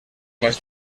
más